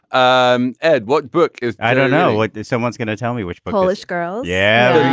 um ed what book is. i don't know. like someone's going to tell me which polish girl yeah